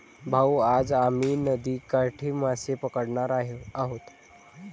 भाऊ, आज आम्ही नदीकाठी मासे पकडणार आहोत